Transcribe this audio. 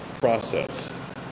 process